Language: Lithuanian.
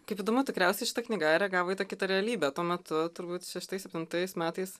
kaip įdomu tikriausiai šita knyga reagavo į tą kitą realybę tuo metu turbūt šeštais septintais metais